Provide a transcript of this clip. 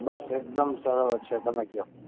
બસ એક દમ સરસ છે તમે કહો